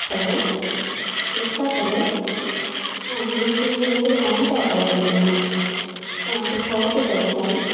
hello Flipkart അല്ലേ ആ ഞാൻ വിളിച്ചത് ഞാൻ ഇന്നലെ ഒരു ഹാൻഡ് ബാഗ് ഓർഡർ ചെയ്തിരുന്നു ആ അത് ഇപ്പം ഓർഡർ പ്ലേസ് ആയി